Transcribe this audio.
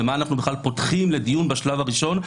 ומה אנחנו בכלל פותחים לדיון בשלב הראשון?